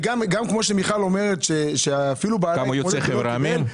וגם כמה יוצאי חבר העמים.